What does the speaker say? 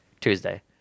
tuesday